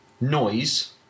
noise